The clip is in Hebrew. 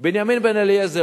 בנימין בן-אליעזר,